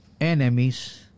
enemies